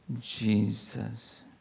Jesus